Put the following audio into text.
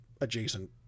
adjacent